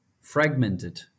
fragmented